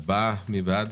הצבעה בעד